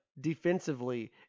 defensively